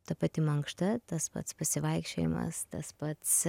ta pati mankšta tas pats pasivaikščiojimas tas pats